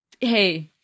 Hey